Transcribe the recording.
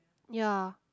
ya